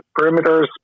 perimeters